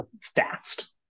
fast